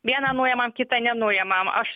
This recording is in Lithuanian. vieną nuimam kitą nenuimam aš